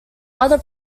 other